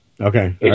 okay